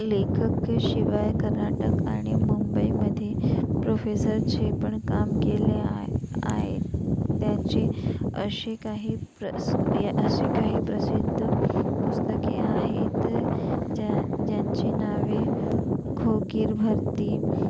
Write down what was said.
लेखक शिवाय कर्नाटक आणि मुंबईमध्ये प्रोफेसरचे पण काम केले आहे आहे त्याचे अशी काही प्र असे काही प्रसिद्ध पुस्तके आहेत ज्या ज्यांची नावे खोगीर भरती